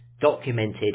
documented